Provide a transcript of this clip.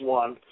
one